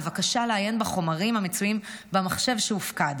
בבקשה לעיין בחומרים המצויים במחשב שהופקד.